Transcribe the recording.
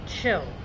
chill